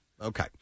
Okay